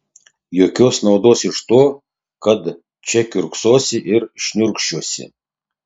jokios naudos iš to kad čia kiurksosi ir šniurkščiosi